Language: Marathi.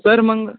सर मग